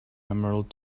emerald